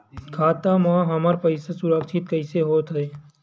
खाता मा हमर पईसा सुरक्षित कइसे हो थे?